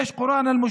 תודה.